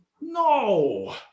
No